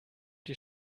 die